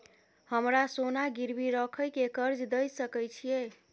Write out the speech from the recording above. हमरा सोना गिरवी रखय के कर्ज दै सकै छिए?